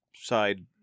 side